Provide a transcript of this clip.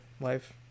life